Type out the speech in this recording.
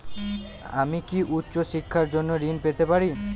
আমি কি উচ্চ শিক্ষার জন্য ঋণ পেতে পারি?